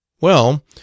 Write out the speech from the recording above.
Well